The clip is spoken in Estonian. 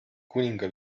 kuninga